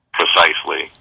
precisely